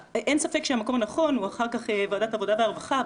אין ספק שהמקום הנכון הוא אחר כך ועדת העבודה והרווחה.